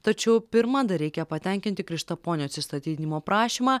tačiau pirma dar reikia patenkinti krištaponio atsistatydinimo prašymą